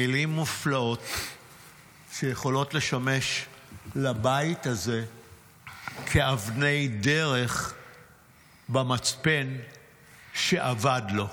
מילים מופלאות שיכולות לשמש לבית הזה כאבני דרך במצפן שאבד לו.